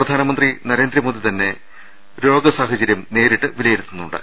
പ്രധാന മന്ത്രി നരേന്ദ്രമോദി രോഗ സാഹചര്യം നേരിട്ടുതന്നെ വിലയിരുത്തു ന്നുണ്ട്